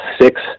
six